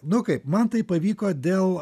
nu kaip man tai pavyko dėl